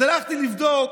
אז הלכתי לבדוק: